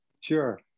Sure